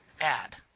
add